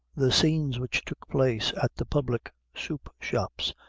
the scenes which took place at the public soup shops,